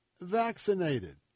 vaccinated